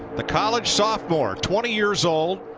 the college sophomore, twenty years old,